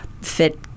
fit